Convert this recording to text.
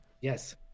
Yes